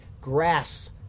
grass